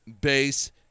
base